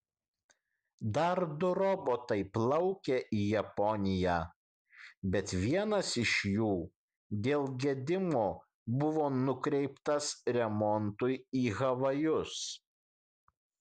dar du robotai plaukė į japoniją bet vienas iš jų dėl gedimo buvo nukreiptas remontui į havajus